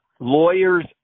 lawyers